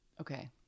Okay